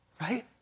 Right